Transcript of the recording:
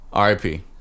RIP